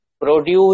produce